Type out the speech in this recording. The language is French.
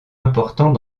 important